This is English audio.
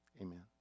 Amen